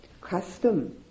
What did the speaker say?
custom